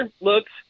looks